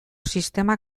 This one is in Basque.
sistema